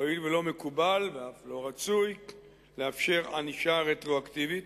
הואיל ולא מקובל ואף לא רצוי לאפשר ענישה רטרואקטיבית,